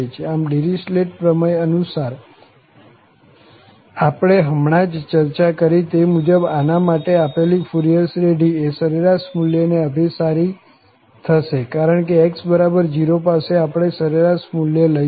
આમ ડીરીચલેટ પ્રમેય અનુસાર આ પ્રમેય અનુસાર આપણે હમણાં જ ચર્ચા કરી તે મુજબ આના માટે આપેલી ફુરિયર શ્રેઢી એ સરેરાશ મુલ્યને અભિસારી થશે કારણ કે x0 પાસે આપણે સરેરાશ મુલ્ય લઈશું